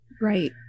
right